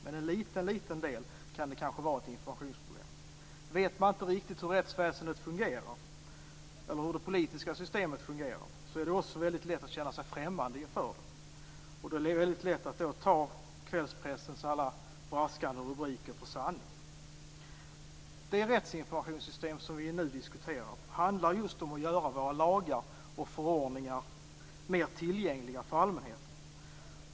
Men en liten del kan kanske vara ett informationsproblem. Vet man inte riktigt hur rättsväsendet fungerar eller hur det politiska systemet fungerar är det också väldigt lätt att känna sig främmande inför dem. Det är då väldigt lätt att ta kvällspressens alla braskande rubriker för sanning. Det rättsinformationssystem som vi nu diskuterar handlar just om att göra våra lagar och förordningar mer tillgängliga för allmänheten.